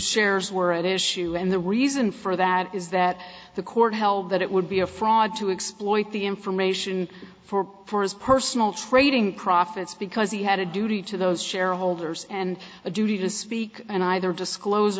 shares were at issue and the reason for that is that the court held that it would be a fraud to exploit the information for his personal trading profits because he had a duty to those shareholders and a duty to speak and either disclose